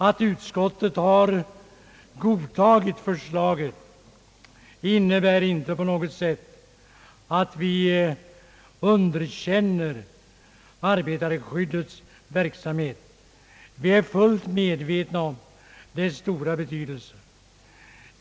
Att utskottet har godtagit det förslag som regeringen stannat för innebär inte på något sätt att vi underkänner arbetarskyddets verksamhet. Vi är fullt medvetna om dess stora betydelse.